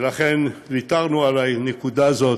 ולכן ויתרנו על הנקודה הזאת,